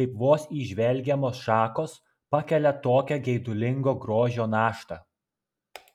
kaip vos įžvelgiamos šakos pakelia tokią geidulingo grožio naštą